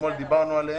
שאתמול דיברנו עליהם.